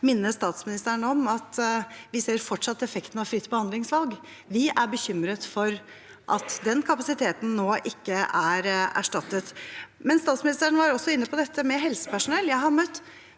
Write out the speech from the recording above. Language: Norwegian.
bare minne statsministeren om at vi fortsatt ser effekten av fritt behandlingsvalg. Vi er bekymret for at den kapasiteten nå ikke er erstattet. Statsministeren var også inne på dette med helsepersonell.